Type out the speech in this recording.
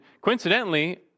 Coincidentally